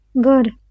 Good